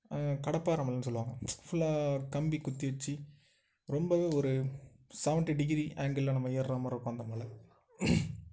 கடப்பாறை மலைன்னு சொல்லுவாங்க ஃபுல்லா கம்பி குத்தி வச்சி ரொம்பவே ஒரு செவன்ட்டி டிகிரி ஆங்கிள்ல நம்ம ஏறுற மாரிருக்கும் அந்த மலை